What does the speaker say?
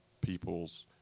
people's